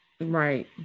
Right